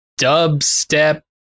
dubstep